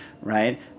right